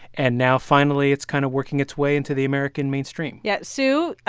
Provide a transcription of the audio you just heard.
and now, finally, it's kind of working its way into the american mainstream yeah. sue,